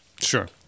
Sure